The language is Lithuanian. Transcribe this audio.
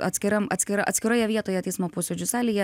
atskiram atskira atskiroje vietoje teismo posėdžių salėje